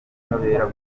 ubutabera